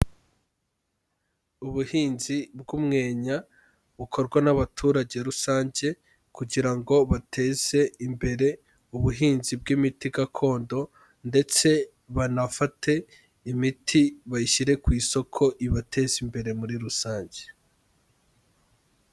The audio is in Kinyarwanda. Ubuhinzi bw'umwenya bukorwa n'abaturage rusange kugira ngo bateze imbere ubuhinzi bw'imiti gakondo ndetse banafate imiti bayishyire ku isoko, ibateze imbere muri rusange.